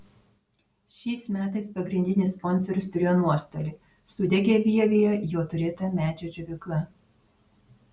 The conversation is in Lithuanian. šiais metais pagrindinis sponsorius turėjo nuostolį sudegė vievyje jo turėta medžio džiovykla